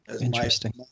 Interesting